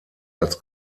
als